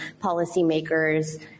policymakers